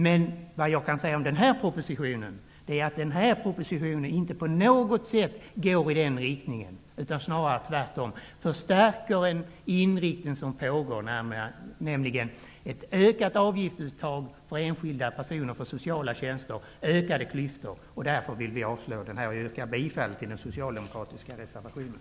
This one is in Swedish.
Den nu behandlade propositionen har inga förslag som går i den riktningen, utan den förstärker snarast inriktningen mot ett ökat avgiftsuttag för sociala tjänster från enskilda personer och därmed ökade klyftor. Därför yrkar jag bifall till den socialdemokratiska reservationen.